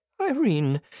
irene